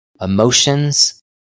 Emotions